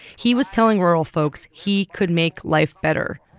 he was telling rural folks he could make life better.